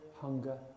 hunger